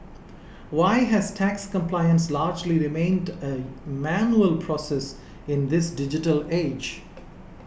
why has tax compliance largely remained a manual process in this digital age